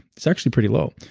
it's actually pretty low.